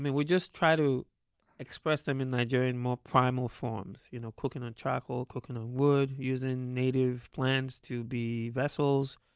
we just try to express them in nigerian, more primal forms. you know cooking on charcoal, cooking on wood, using native plants to be vessels,